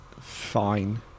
Fine